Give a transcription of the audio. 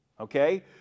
Okay